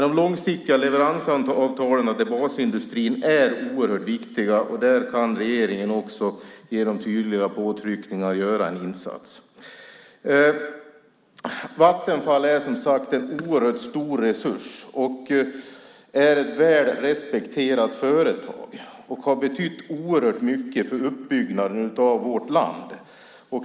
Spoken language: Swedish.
De långsiktiga leveransavtalen till basindustrin är oerhört viktiga, och där kan regeringen också genom tydliga påtryckningar göra en insats. Vattenfall är som sagt en oerhört stor resurs och ett väl respekterat företag som har betytt oerhört mycket för uppbyggnaden av vårt land.